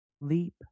leap